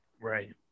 Right